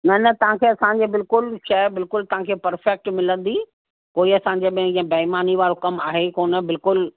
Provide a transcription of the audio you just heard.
न न तव्हांखे असांखे बिल्कुलु शइ बिल्कुलु तव्हांखे पर्फ़ेक्ट मिलंदी कोई असांजे में ईअं बेईमानी वारो कम आहे ई कोन्ह बिल्कुलु